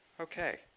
Okay